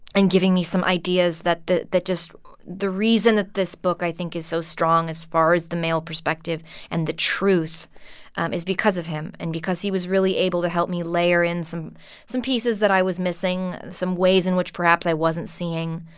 and giving me some ideas that just the reason that this book, i think, is so strong as far as the male perspective and the truth is because of him and because he was really able to help me layer in some some pieces that i was missing, and some ways in which perhaps i wasn't seeing.